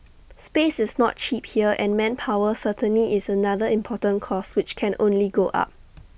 space is not cheap here and manpower certainly is another important cost which can only go up